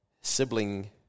sibling